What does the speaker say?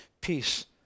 peace